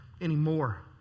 anymore